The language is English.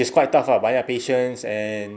which is quite tough ah banyak patients and